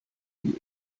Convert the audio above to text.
viel